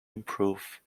improve